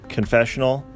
Confessional